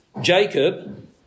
Jacob